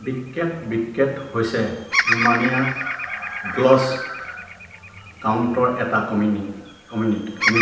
Bistret Bistret হৈছে ৰোমানিয়াৰ Dolj কাউন্টৰ এটা কমিনি